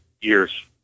years